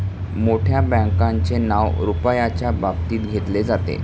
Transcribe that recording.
मोठ्या बँकांचे नाव रुपयाच्या बाबतीत घेतले जाते